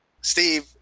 Steve